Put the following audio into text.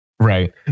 Right